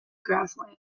grassland